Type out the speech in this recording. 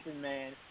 man